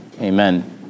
Amen